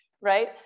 right